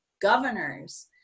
governors